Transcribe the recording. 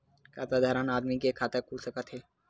का साधारण आदमी के खाता खुल सकत हे?